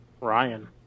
Ryan